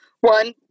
One